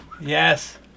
Yes